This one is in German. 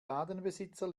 ladenbesitzer